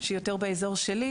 שהיא יותר באזור שלי,